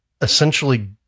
essentially